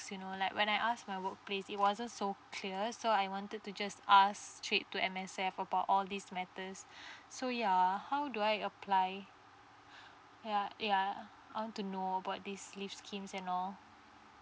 you know like when I ask my work place it wasn't so clear so I wanted to just ask straight to M_S_F about all these matters so ya how do I apply yeah yeah I want to know about this leave scheme and all